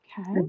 Okay